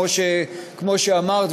כמו שאמרת,